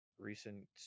Recent